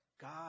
God